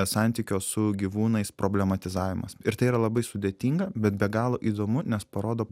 santykio su gyvūnais problematizavimas ir tai yra labai sudėtinga bet be galo įdomu nes parodo